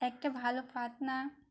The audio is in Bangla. একটা ভালো প্রার্থনা